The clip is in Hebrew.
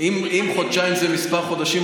אם חודשיים זה מספר חודשים,